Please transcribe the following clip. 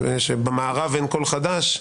"במערב אין כל חדש"?